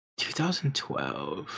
2012